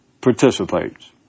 participates